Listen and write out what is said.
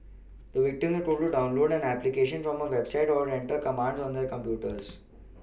the victims were told to download an application from a website or enter commands on their computers